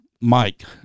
Mike